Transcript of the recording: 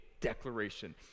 declaration